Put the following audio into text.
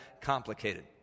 complicated